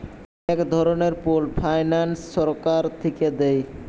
এক ধরনের pooled finance সরকার থিকে দেয়